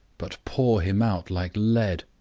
but pour him out like lead,